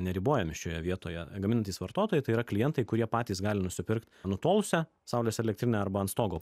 neribojami šioje vietoje gaminantys vartotojai tai yra klientai kurie patys gali nusipirkt nutolusią saulės elektrinę arba ant stogo